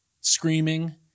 screaming